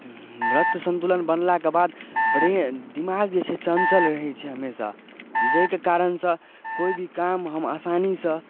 रक्त संतुलन बनलाके बाद ब्रेन दिमाग जे छै चंचल रहै छै हमेशा जाहिके कारण सऽ कोइ भी काम हम आसानी सऽ